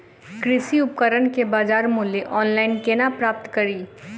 कृषि उपकरण केँ बजार मूल्य ऑनलाइन केना प्राप्त कड़ी?